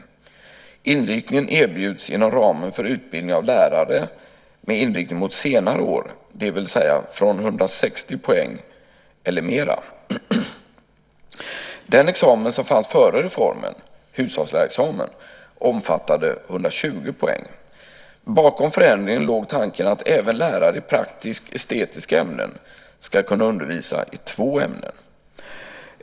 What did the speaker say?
Inriktningen erbjuds inom ramen för utbildning av lärare med inriktning mot senare år, det vill säga från 160 poäng eller mera. Den examen som fanns före reformen, hushållslärarexamen, omfattade 120 poäng. Bakom förändringen låg tanken att även lärare i praktiskt estetiska ämnen ska kunna undervisa i två ämnen.